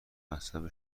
مذهب